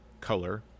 color